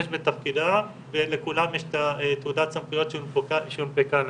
בתפקידם ושלכולם יש את תעודת הסמכויות שהונפקה להם.